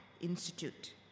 Institute